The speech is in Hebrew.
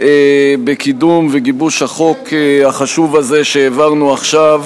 בקידום ובגיבוש החוק החשוב הזה שהעברנו עכשיו.